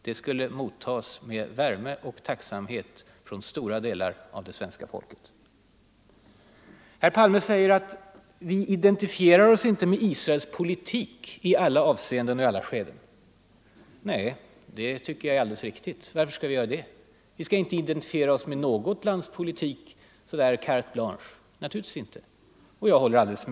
Det skulle mottas med värme och tacksamhet av stora delar av det svenska folket. Herr Palme säger att ”vi identifierar oss inte med Israels politik i alla avseenden och i alla skeden”. Nej, det tycker jag är alldeles riktigt. Varför skulle vi göra det? Vi skall inte identifiera oss så med något lands politik.